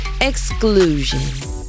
exclusion